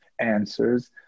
answers